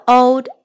old